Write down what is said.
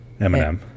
Eminem